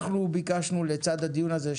אנחנו ביקשו לצד הדיון הזה,